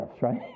right